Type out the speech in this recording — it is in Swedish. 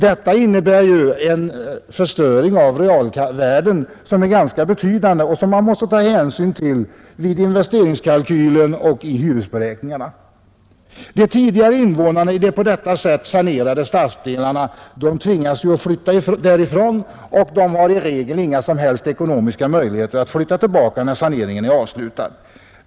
Detta innebär en förstöring av realvärden som är ganska betydande, något som man måste ta hänsyn till i investeringskalkylen och vid hyresberäkningarna,. De tidigare invånarna i de på detta sätt sanerade stadsdelarna tvingas flytta därifrån och de har i regel inga som helst ekonomiska möjligheter att flytta tillbaka när saneringen är avslutad.